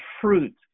fruit